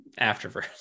Afterverse